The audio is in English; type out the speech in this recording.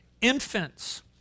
infants